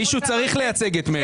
מישהו צריך לייצג את מרצ.